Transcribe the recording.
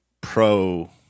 pro